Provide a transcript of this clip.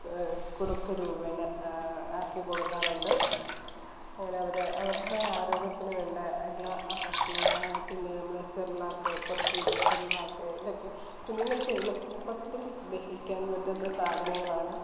കുറുക്ക് രൂപേണ ആക്കി കൊടുക്കാറുണ്ട് അതിന് അവരെ അവരുടെ ആരോഗ്യത്തിന് വേണ്ട എല്ലാ ഭക്ഷണ സാധനം പിന്നെ നമ്മൾ സെറിലാക്ക് പുറത്തുനിന്നുള്ള സെറിലാക്ക് ഇതൊക്കെ കുഞ്ഞുങ്ങൾക്ക് എളുപ്പത്തിൽ ദഹിക്കാൻ പറ്റുന്ന സാധനങ്ങളാണ്